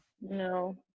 No